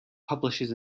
publishes